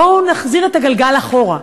בואו נחזיר את הגלגל אחורה,